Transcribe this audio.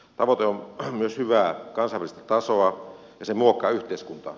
tavoite on myös hyvää kansainvälistä tasoa ja se muokkaa yhteiskuntaa